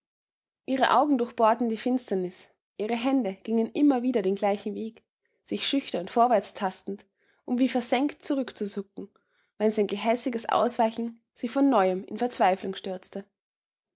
ihre augen durchbohrten die finsternis ihre hände gingen immer wieder den gleichen weg sich schüchtern vorwärts tastend um wie versengt zurückzuzucken wenn sein gehässiges ausweichen sie von neuem in verzweiflung stürzte